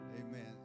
Amen